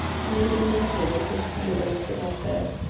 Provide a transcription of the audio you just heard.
i imagine it would be wasted effort.